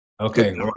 okay